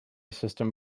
system